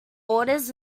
orders